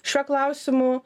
šiuo klausimu